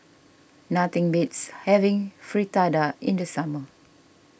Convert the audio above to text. nothing beats having Fritada in the summer